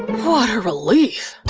what a relief.